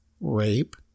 rape